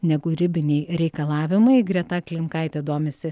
negu ribiniai reikalavimai greta klimkaitė domisi